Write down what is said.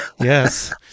Yes